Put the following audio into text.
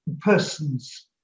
persons